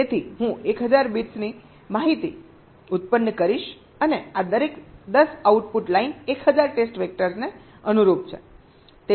તેથી હું 1000 બિટ્સની માહિતી ઉત્પન્ન કરીશ અને આ દરેક 10 આઉટપુટ લાઇન 1000 ટેસ્ટ વેક્ટર્સને અનુરૂપ છે